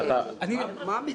אמיר,